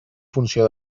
funció